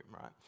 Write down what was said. right